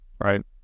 right